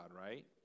right